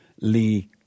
Lee